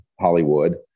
Hollywood